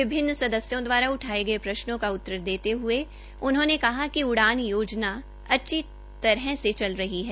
विभिन्न सदस्यों द्वारा उठाये गये प्रश्नों पर उत्तर देते हये उन्होंने कहा कि उड़ान योजना अच्छी तरह से चल रही है